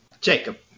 Jacob